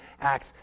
Acts